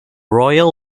royal